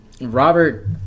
Robert